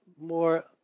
more